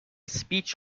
speech